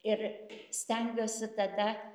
ir stengiuosi tada